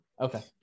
Okay